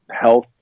health